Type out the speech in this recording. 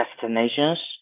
destinations